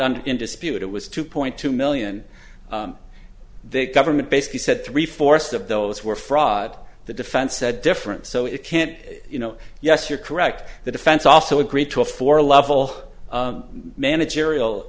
in dispute it was two point two million the government basically said three fourths of those were fraud the defense said different so it can't you know yes you're correct the defense also a great tool for level managerial